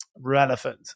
relevant